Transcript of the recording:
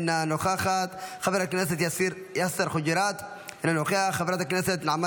אינה נוכחת, חבר הכנסת יאסר חוג'יראת, אינו נוכח,